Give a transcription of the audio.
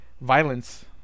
violence